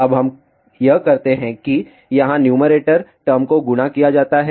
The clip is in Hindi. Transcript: अब हम यह करते हैं कि यहाँ न्यूमैरेटर टर्म को गुणा किया जाता है